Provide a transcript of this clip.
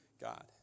God